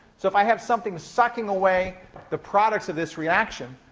so if i have something sucking away the products of this reaction,